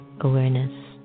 awareness